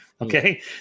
okay